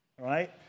right